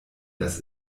das